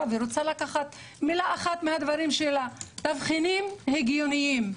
ורוצה לקחת שתי מילים מהדברים שלה "תבחינים הגיוניים".